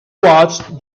watched